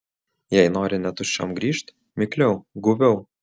jei nori ne tuščiom grįžt mikliau guviau